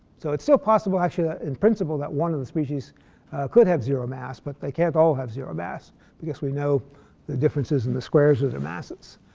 so it's still so possible actually, ah in principle, that one of the species could have zero mass. but they can't all have zero mass because we know the differences in the squares of their masses.